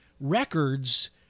records